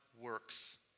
works